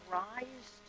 rise